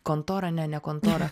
kontora ne ne kontora